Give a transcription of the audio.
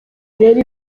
rero